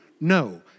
No